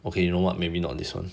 okay you know what maybe not this one